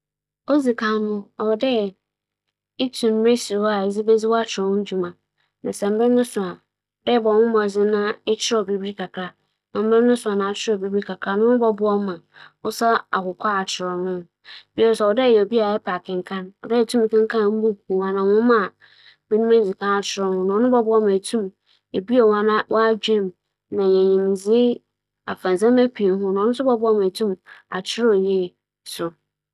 Sɛ me nyɛnko bi rohwehwɛ dɛ n'akyerɛw botu mpͻn a odzi kan afotu a medze bɛma no nye dɛ, ͻbͻkͻ abaɛfor ntentɛn kɛse do akͻhwehwɛ etsitsir a wͻma nyimdzee fa dɛm adze yi ho na aboa no. ͻno ekyir no, mobosusu akyerɛ no dɛ ͻbɛpɛ akenkan buukuu a obohu na obenya ͻpɛ wͻ mu dɛ ͻbɛkenkan. ͻbͻhwɛ dɛ ͻbɛkan akͻ ewie na ͻdze n'enyi etsim mbrɛ wosi wͻhyehyɛ nsɛm yie, ͻno bͻboa ma woetu mpͻn wͻ n'akyerɛw mu.